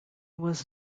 was